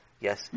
Yes